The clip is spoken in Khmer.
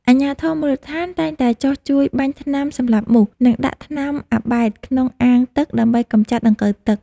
អាជ្ញាធរមូលដ្ឋានតែងតែចុះជួយបាញ់ថ្នាំសម្លាប់មូស និងដាក់ថ្នាំអាប៊ែតក្នុងអាងទឹកដើម្បីកម្ចាត់ដង្កូវទឹក។